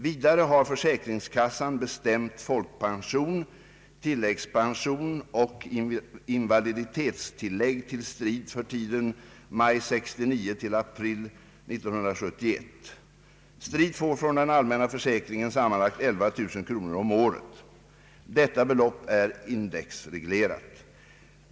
Vidare har försäkringskassan bestämt folkpension, tilläggspension och invaliditetstillägg till Stridh för tiden maj 1969—april 1971. Stridh får från den allmänna försäkringen sam manlagt 11000 kronor om året. Detta belopp är indexreglerat.